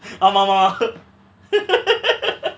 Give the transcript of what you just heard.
ஆமா மா:aama ma